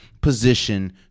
position